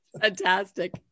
fantastic